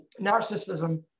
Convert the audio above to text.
narcissism